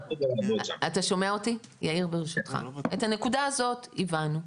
את הנקודה הזאת הבנו.